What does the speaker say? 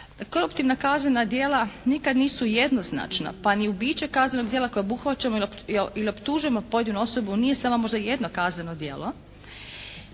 koruptivna kaznena djela nikad nisu jednoznačna pa ni …/Govornik se ne razumije./… kaznenog djela koje obuhvaćamo ili optužujemo pojedinu osobu nije samo možda jedno kazneno djelo